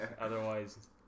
otherwise